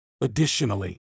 Additionally